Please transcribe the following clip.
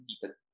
people